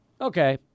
Okay